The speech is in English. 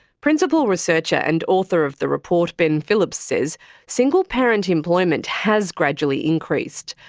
principal researcher and author of the report, ben phillips, says single parent employment has gradually increased,